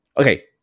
okay